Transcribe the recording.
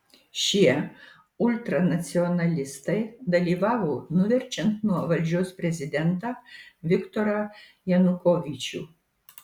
šie ultranacionalistai dalyvavo nuverčiant nuo valdžios prezidentą viktorą janukovyčių